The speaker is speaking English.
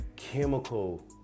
chemical